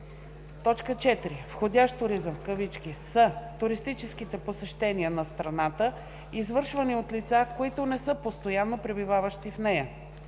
нея. 4. „Входящ туризъм“ са туристическите посещения на страната, извършвани от лица, които не са постоянно пребиваващи в нея.